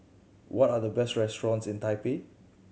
what are the best restaurants in Taipei